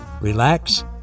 relax